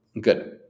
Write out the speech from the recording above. good